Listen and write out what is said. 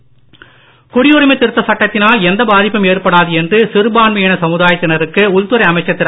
அமித்ஷா குடியுரிமை திருத்தச் சட்டத்தினால் எந்த பாதிப்பும் ஏற்படாது என்று சிறுபான்மையின சமுதாயத்தினருக்கு உள்துறை அமைச்சர் திரு